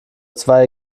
zwei